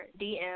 DM